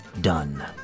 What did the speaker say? Done